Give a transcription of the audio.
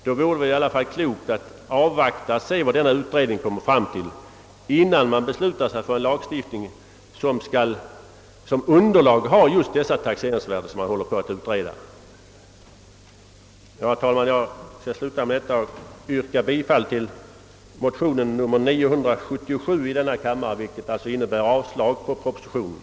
Det vore väl ändå klokt att avvakta de resultat denna utredning kommer fram till innan man beslutar sig för en lagstiftning, vilken som underlag skall ha just de taxeringsvärden som nu är föremål för överväganden. Herr talman! Jag skall sluta med detta och ber att få yrka bifall till motionen 1: 977, vilket alltså innebär att jag yrkar avslag på propositionen.